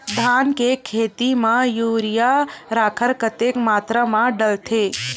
धान के खेती म यूरिया राखर कतेक मात्रा म डलथे?